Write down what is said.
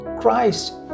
Christ